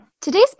Today's